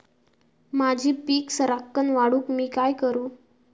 माझी पीक सराक्कन वाढूक मी काय करू?